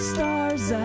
Stars